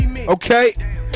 Okay